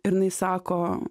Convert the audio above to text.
ir jinai sako